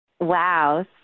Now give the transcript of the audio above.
Wow